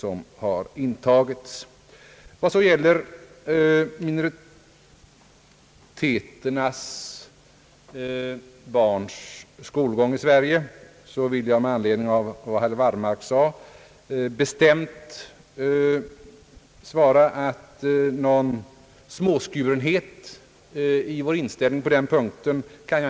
Beträffande skolgången för barn som tillhör minoritetsgrupper i Sverige vill jag med anledning av herr Wallmarks yttrande bestämt framhålla att jag inte kan se någon småskurenhet i vår inställning till den frågan.